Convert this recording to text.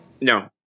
No